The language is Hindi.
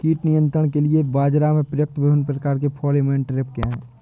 कीट नियंत्रण के लिए बाजरा में प्रयुक्त विभिन्न प्रकार के फेरोमोन ट्रैप क्या है?